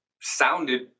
sounded